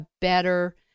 better